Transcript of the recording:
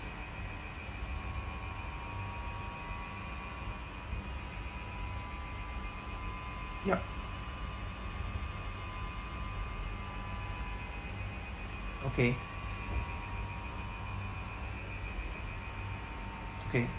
yup okay okay